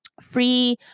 free